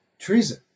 treason